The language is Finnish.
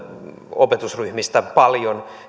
opetusryhmistä paljon